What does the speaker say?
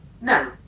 No